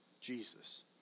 Jesus